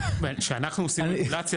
כשאנחנו עושים רגולציה,